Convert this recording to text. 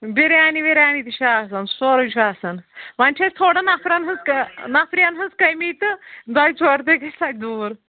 بِریانی وِریانی تہِ چھُ آسان سورُے چھُ آسان وۄنۍ چھِ اَسہِ تھوڑا نفرَن ہٕنٛز نفرِیَن ہٕنٛز کٔمی تہٕ دۄیہِ ژورِ دۄہہِ گژھِ سۄ تہِ دوٗر